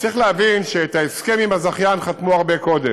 וצריך להבין שאת ההסכם עם הזכיין חתמו הרבה קודם,